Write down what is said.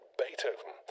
Beethoven